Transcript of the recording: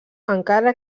encara